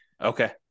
Okay